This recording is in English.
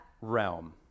realm